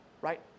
right